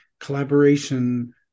collaboration